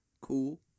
cool